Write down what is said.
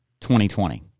2020